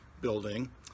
building